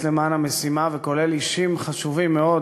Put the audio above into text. למען המשימה וכולל אישים חשובים מאוד.